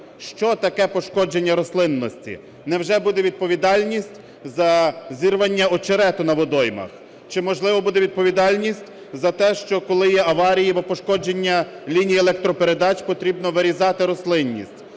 Що таке пошкодження рослинності? Невже буде відповідальність за зірвання очерету на водоймах? Чи, можливо, буде відповідальність за те, що коли є аварії або пошкодження лінії електропередач, потрібно вирізати рослинність?